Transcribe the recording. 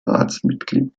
ratsmitglied